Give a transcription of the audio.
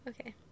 Okay